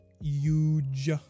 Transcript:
huge